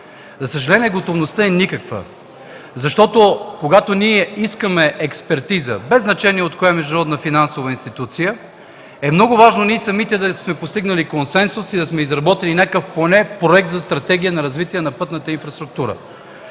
За съжаление, готовността е никаква. Защото, когато ние искаме експертиза, без значение от коя международна финансова институция, е много важно самите ние да сме постигнали консенсус и да сме изработили поне някакъв проект за стратегия на развитие на пътната инфраструктура.